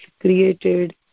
created